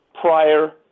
prior